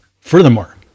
Furthermore